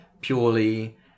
purely